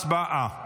הצבעה.